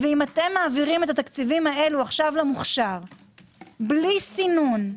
ואם אתם מעבירים את התקציבים הללו עכשיו למוכשר בלי סינון,